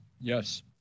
Yes